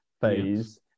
phase